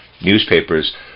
newspapers